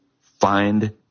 find